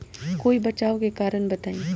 कोई बचाव के कारण बताई?